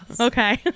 Okay